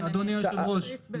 אדוני היושב-ראש,